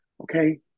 Okay